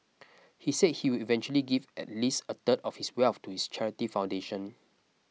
he said he will eventually give at least a third of his wealth to his charity foundation